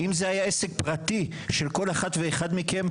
אם זה היה עסק פרטי של כל אחת ואחד מכם,